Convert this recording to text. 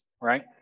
right